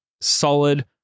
solid